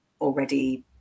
already